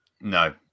no